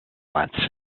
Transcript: months